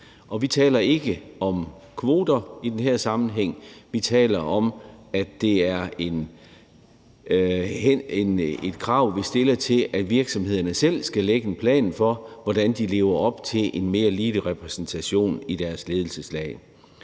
vi taler ikke om kvoter i den her sammenhæng; vi taler om, at det er et krav, vi stiller til, at virksomhederne selv skal lægge en plan for, hvordan de lever op til en mere ligelig repræsentation i deres ledelseslag.